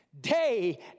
day